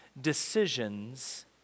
decisions